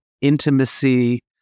intimacy